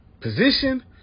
position